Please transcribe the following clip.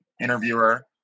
interviewer